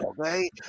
okay